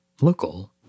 Local